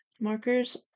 Markers